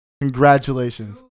Congratulations